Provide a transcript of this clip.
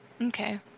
Okay